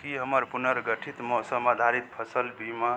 की हमर पुनर्गठित मौसम आधारित फसल बीमा